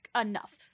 enough